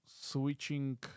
switching